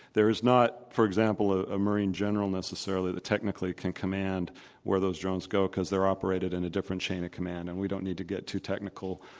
there is not, for example, ah a marine general necessarily that technically can command where those drones go because they're operated in a different chain of command. and we don't need to get too technical,